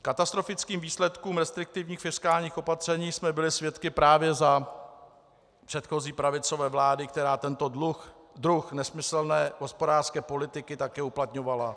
Katastrofických výsledků restriktivních fiskálních opatření jsme byli svědky právě za předchozí pravicové vlády, která tento druh nesmyslné hospodářské politiky také uplatňovala.